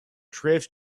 drift